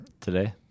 Today